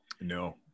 No